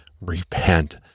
Repent